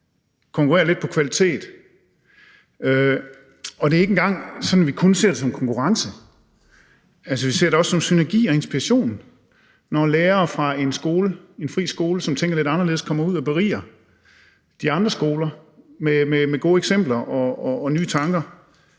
konkurrerer lidt på kvalitet. Og det er ikke engang sådan, at vi kun ser det som konkurrence, men vi ser det også som synergi og inspiration, når lærere fra en fri skole, som tænker lidt anderledes, kommer ud og beriger de andre skoler med gode eksempler og nye tanker.